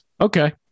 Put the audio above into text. okay